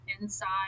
inside